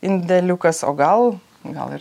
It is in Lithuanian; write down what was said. indeliukas o gal gal ir